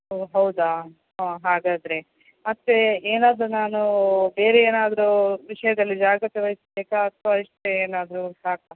ಓ ಹೌದಾ ಹಾಗಾದ್ರೆ ಮತ್ತೆ ಏನಾದರೂ ನಾನು ಬೇರೆ ಏನಾದರೂ ವಿಷಯದಲ್ಲಿ ಜಾಗ್ರತೆವಹಿಸಬೇಕಾ ಅಥವಾ ಇಷ್ಟೇ ಏನಾದರೂ ಸಾಕಾ